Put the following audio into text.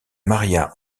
maria